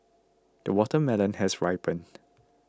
the watermelon has ripened